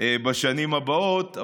בשנים הבאות,